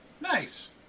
Nice